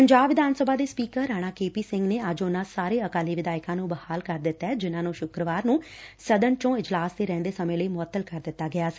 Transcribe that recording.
ਪੰਜਾਬ ਵਿਧਾਨ ਸਭਾ ਦੇ speaker Rana K P Singh ਨੇ ਅੱਜ ਉਨਾਂ ਸਾਰੇ ਅਕਾਲੀ ਵਿਧਾਇਕਾਂ ਨੂੰ ਬਹਾਲ ਕਰ ਦਿੱਤੈ ਜਿਨਾਂ ਨੂੰ ਸੂਕਰਵਾਰ ਨੂੰ ਸਦਨ ਚੋ ਇਜਲਾਸ ਦੇ ਰਹਿੰਦੇ ਸਮੇ ਲਈ ਮੁਅੱਤਲ ਕਰ ਦਿੱਤਾ ਗਿਆ ਸੀ